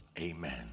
Amen